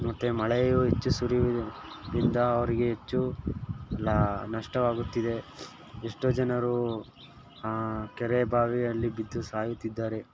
ಮತ್ತು ಮಳೆಯು ಹೆಚ್ಚು ಸುರಿಯೋದ್ರಿಂದ ಅವ್ರಿಗೆ ಹೆಚ್ಚು ಲಾ ನಷ್ಟವಾಗುತ್ತಿದೆ ಎಷ್ಟೋ ಜನರು ಕೆರೆ ಬಾವಿಯಲ್ಲಿ ಬಿದ್ದು ಸಾಯುತ್ತಿದ್ದಾರೆ